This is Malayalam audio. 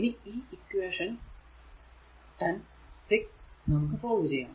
ഇനി ഈ ഇക്വേഷൻ 10 6 നമുക്ക് സോൾവ് ചെയ്യണം